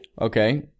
Okay